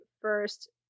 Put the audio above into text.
first